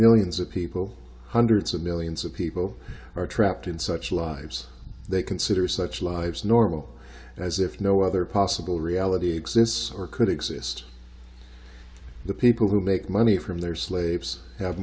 millions of people hundreds of millions of people are trapped in such lives they consider such lives normal as if no other possible reality exists or could exist the people who make money from their slaves have